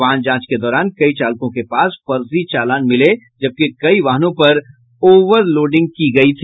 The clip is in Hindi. वाहन जांच के दौरान कई चालकों के पास फर्जी चालान मिले जबकि कई वाहनों पर ओवरलोडिंग की गयी है